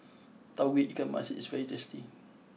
Tauge Ikan Masin is very tasty